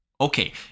Okay